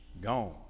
gone